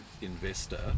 investor